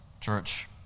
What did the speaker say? church